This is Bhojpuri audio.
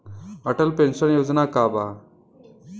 अटल पेंशन योजना का बा?